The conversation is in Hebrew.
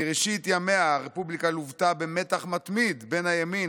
מראשית ימיה הרפובליקה לוותה במתח מתמיד בין הימין,